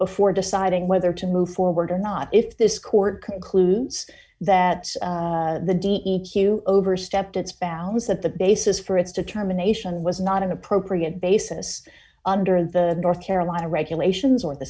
before deciding whether to move forward or not if this court concludes that the d e q overstepped its bounds that the basis for its determination was not an appropriate basis under the north carolina regulations or the